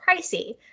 pricey